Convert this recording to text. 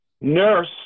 Nurse